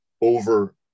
over